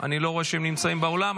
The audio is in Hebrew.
אני לא רואה שהם נמצאים באולם,